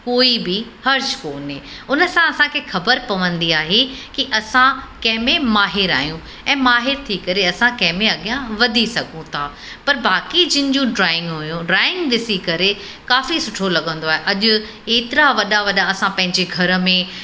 कोई बि हर्ज कोने हुन सां असांखे ख़बर पवंदी आहे कि असां कंहिं में माहिर आहियूं ऐं माहिर थी करे असां कंहिं में अॻियां वधी सघूं था पर बाक़ी जिन जूं ड्रॉइंग हुयूं ड्रॉइंग ॾिसी करे काफ़ी सुठो लॻंदो आहे अॼु एतिरा वॾा वॾा असां पंहिंजे घर में